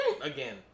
Again